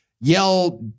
yell